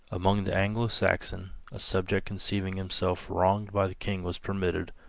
among the anglo-saxon a subject conceiving himself wronged by the king was permitted,